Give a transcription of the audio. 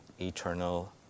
Eternal